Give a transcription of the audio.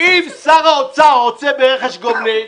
אם שר האוצר רוצה ברכש גומלין,